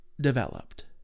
developed